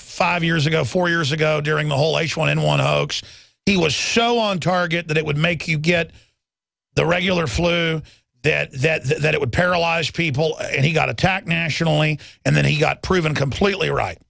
five years ago four years ago during the whole h one n one hoax he was show on target that it would make you get the regular flu then that it would paralyze people and he got attacked nationally and then he got proven completely right